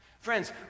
Friends